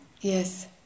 Yes